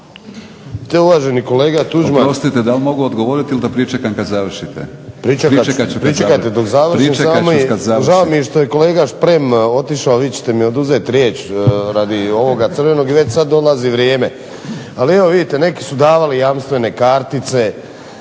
Uvaženi kolega Tuđman,